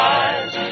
eyes